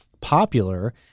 popular –